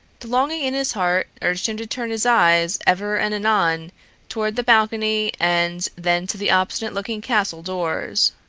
the longing in his heart urged him to turn his eyes ever and anon toward the balcony and then to the obstinate-looking castle doors.